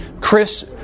Chris